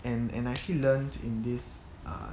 and and I actually learnt in this err